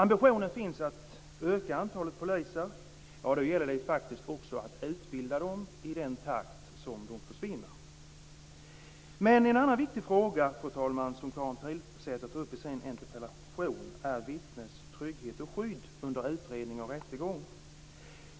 Om det finns ambitioner att öka antalet poliser gäller det också att utbilda poliser i den takt som de försvinner. En annan viktig fråga, fru talman, som Karin Pilsäter tar upp i sin interpellation är vittnens trygghet och skydd under utredning och rättegång.